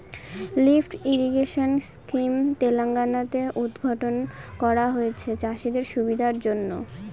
lift irrigation scheme Telangana তে উদ্ঘাটন করা হয়েছে চাষীদের সুবিধার জন্য